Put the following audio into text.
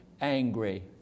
angry